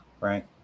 Right